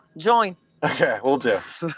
join ok. we'll do